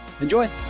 Enjoy